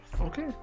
okay